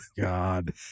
god